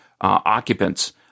occupants